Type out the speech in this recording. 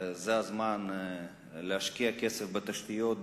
זה הזמן להשקיע כסף בתשתיות,